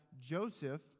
Joseph